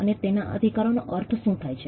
અને તેના અધિકારોનો અર્થ શુ થાય છે